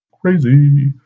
Crazy